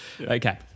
Okay